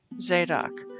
Zadok